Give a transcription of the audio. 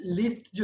list